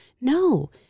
No